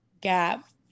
gap